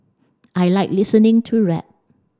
I like listening to rap